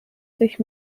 sich